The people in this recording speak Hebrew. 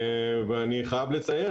ואני חייב לציין,